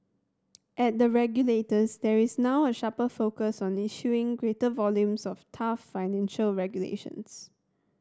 at the regulators there is now a sharper focus on issuing greater volumes of tough financial regulations